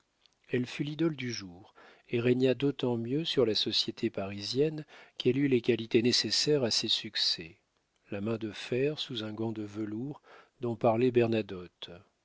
elle fut l'idole du jour et régna d'autant mieux sur la société parisienne qu'elle eut les qualités nécessaires à ses succès la main de fer sous un gant de velours dont parlait